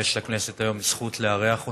ויש לכנסת היום זכות לארח אותם.